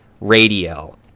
Radio